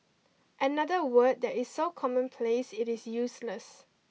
another word that is so commonplace it is useless